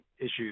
issues